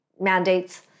mandates